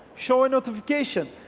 show a notification,